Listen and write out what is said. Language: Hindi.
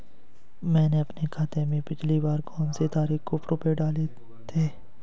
मैंने अपने खाते में पिछली बार कौनसी तारीख को रुपये डाले थे?